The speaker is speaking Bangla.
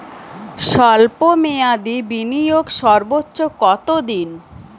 স্বল্প মেয়াদি বিনিয়োগ সর্বোচ্চ কত দিন?